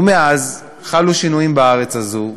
ומאז חלו שינויים בארץ הזאת,